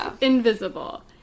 invisible